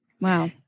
Wow